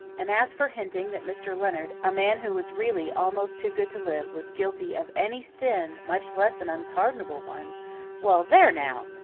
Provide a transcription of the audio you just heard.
and as for hinting that mr. leonard, a man who was really almost too good to live, was guilty of any sin, much less an unpardonable one well, there now!